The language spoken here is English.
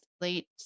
late